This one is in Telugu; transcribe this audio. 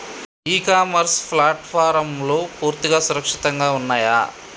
ఇ కామర్స్ ప్లాట్ఫారమ్లు పూర్తిగా సురక్షితంగా ఉన్నయా?